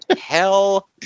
Hell